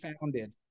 founded